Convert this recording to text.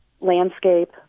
landscape